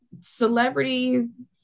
celebrities